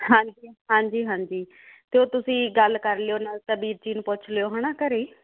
ਹਾਂਜੀ ਹਾਂਜੀ ਹਾਂਜੀ ਤੇ ਉਹ ਤੁਸੀਂ ਗੱਲ ਕਰ ਲਿਓ ਨਾਲ ਤਾ ਵੀਰ ਜੀ ਨੂੰ ਪੁੱਛ ਲਿਓ ਹਨਾ ਘਰੇ